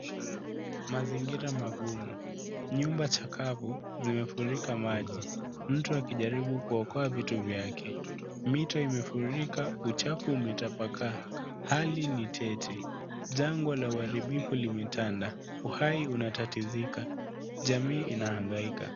Mazingira magumu. Nyumba cha kabu zimefurika maji. Mtu akijaribu kuokoa vitu vyake. Mito imefurika uchafu umetapakaa. Hali ni tete. Jangwa la uharibifu limetanda. Uhai unatatizika. Jamii inahangaika.